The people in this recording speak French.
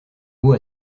mots